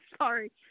Sorry